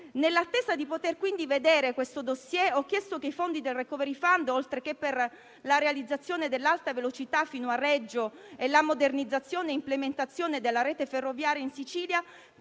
Nell'attesa di poter, quindi, vedere questo *dossier*, ho chiesto che i fondi del *recovery fund*, oltre che per la realizzazione dell'alta velocità fino a Reggio e la modernizzazione e implementazione della rete ferroviaria in Sicilia,